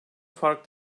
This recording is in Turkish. fark